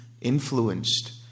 influenced